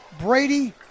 Brady